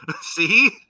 See